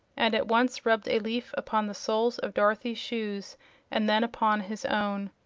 and at once rubbed a leaf upon the soles of dorothy's shoes and then upon his own.